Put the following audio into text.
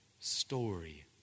story